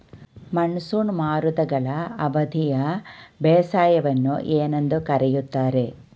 Monsoon ಮಾರುತಗಳ ಅವಧಿಯ ಬೇಸಾಯವನ್ನು ಏನೆಂದು ಕರೆಯುತ್ತಾರೆ?